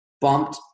bumped